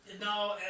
No